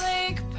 Lake